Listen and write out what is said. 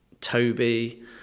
Toby